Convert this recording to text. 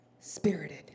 Spirited